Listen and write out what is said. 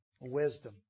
wisdom